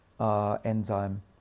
enzyme